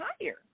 higher